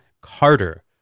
Carter